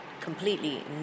completely